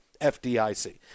FDIC